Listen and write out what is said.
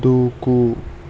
దూకు